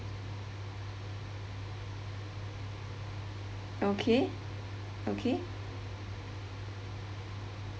okay okay